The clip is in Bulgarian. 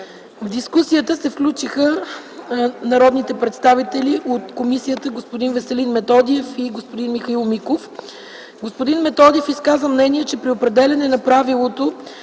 В дискусията се включиха народните представители Веселин Методиев и Михаил Миков. Господин Методиев изказа мнение, че при определяне на правилото